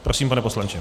Prosím, pane poslanče.